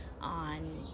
on